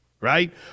right